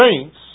saints